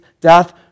death